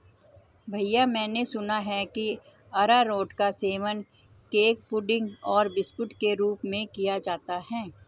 भैया मैंने सुना है कि अरारोट का सेवन केक पुडिंग और बिस्कुट के रूप में किया जाता है